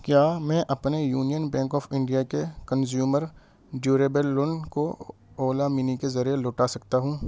کیا میں اپنے یونین بینک آف انڈیا کے کنزیومر ڈیوریبل لون کو اولا منی کے ذریعے لوٹا سکتا ہوں